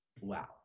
wow